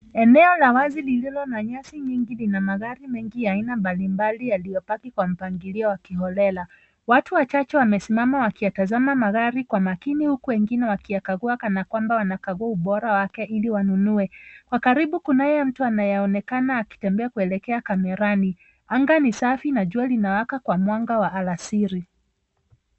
Eneo la wazi lililo na nyasi lina magari mengi ya aina mbali mbali yaliyopaki kwa mpangilio wa kiolela, watu wachache wamesimama wakiyatasema magari kwa makini huku wengine wakiyakaugua kana kwamba wanakaugua ubora wake ili wanunue, kwa karibu kunaye mtu anaonekana akitembea kuelekea kamerani, anga ni safi na jua linawaka kwa mwanga wa alasiri.